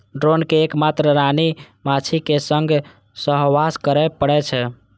drone कें एक मात्र रानी माछीक संग सहवास करै पड़ै छै